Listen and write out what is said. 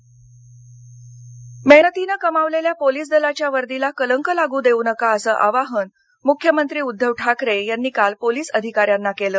मख्यमंत्री नाशिक मेहनतीनं कमावलेल्या पोलिस दलाच्या वर्दीला कलंक लागू देऊ नका असं आवाहन मुख्यमंत्री उध्दव ठाकरे यांनी काल पोलीस अधिकाऱ्यांना केलं